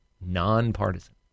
nonpartisan